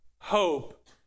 hope